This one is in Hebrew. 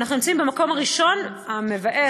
ואנחנו נמצאים במקום הראשון המבאס,